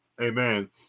Amen